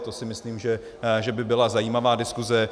To si myslím, že by byla zajímavá diskuse.